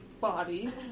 body